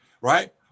right